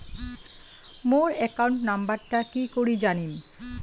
মোর account নাম্বারটা কি করি জানিম?